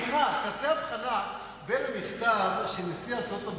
תעשה אבחנה בין המכתב של נשיא ארצות-הברית,